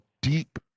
deep